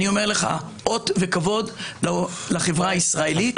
זה אות וכבוד לחברה הישראלית.